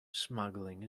smuggling